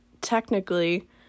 technically